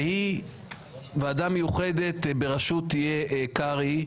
שהיא ועדה מיוחדת בראשות קרעי,